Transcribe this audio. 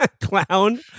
Clown